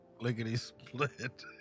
lickety-split